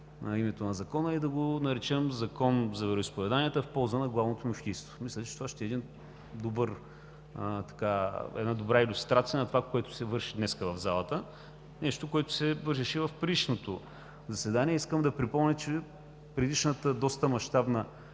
името на Закона и да го наречем Закон за вероизповеданията в полза на Главното мюфтийство. Мисля, че това ще е една добра илюстрация на това, което се върши днес в залата – нещо, което се реши в предишното заседание. Искам да припомня, че предишната доста мащабна